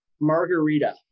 Margarita